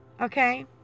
Okay